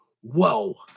whoa